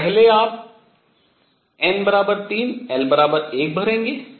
तो पहले आप n 3 l 1 भरेंगे